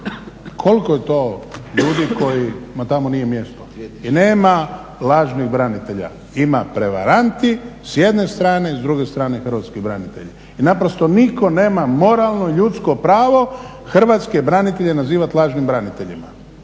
Koliko je to ljudi kojima tamo nije mjesto i nema lažnih branitelja. Ima prevaranti s jedne strane, s druge strane hrvatski branitelji. I naprosto nitko nema moralno ljudsko pravo hrvatske branitelja nazivati lažnim braniteljima.